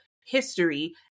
history